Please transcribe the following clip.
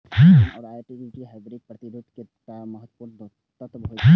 ऋण आ equity hybrid प्रतिभूति के दू टा महत्वपूर्ण तत्व होइ छै